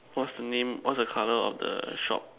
what's the name what's the colour of the shop